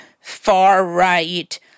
far-right